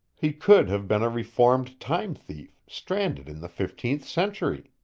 he could have been a reformed time-thief stranded in the fifteenth century.